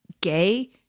gay